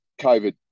COVID